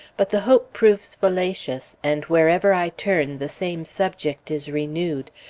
but the hope proves fallacious, and wherever i turn, the same subject is renewed.